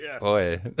boy